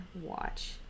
watch